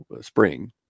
spring